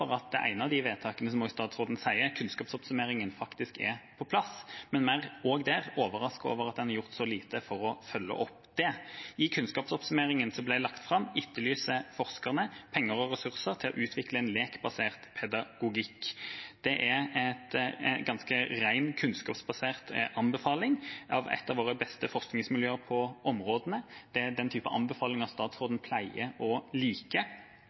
at det ene av de vedtakene, som også statsråden sier, kunnskapsoppsummeringen, faktisk er på plass, men mer – også der – overrasket over at en har gjort så lite for å følge det opp. I kunnskapsoppsummeringen som ble lagt fram, etterlyser forskerne penger og ressurser til å utvikle en lekbasert pedagogikk. Det er en ganske rent kunnskapsbasert anbefaling av et av våre beste forskningsmiljøer på området. Det er den type anbefalinger statsråden pleier å like,